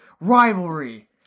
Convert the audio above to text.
Rivalry